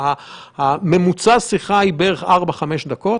ההשגות האלו זה מתקן השגיאות של איכוני השב"כ,